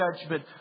judgment